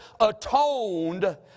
atoned